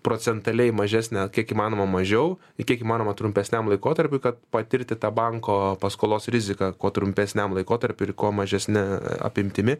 procentaliai mažesnę kiek įmanoma mažiau ir kiek įmanoma trumpesniam laikotarpiui kad patirti tą banko paskolos riziką kuo trumpesniam laikotarpiui ir kuo mažesne apimtimi